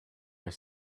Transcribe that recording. are